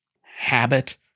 habit